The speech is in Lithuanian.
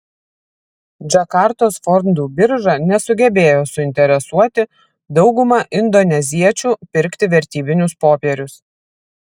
džakartos fondų birža nesugebėjo suinteresuoti daugumą indoneziečių pirkti vertybinius popierius